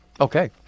Okay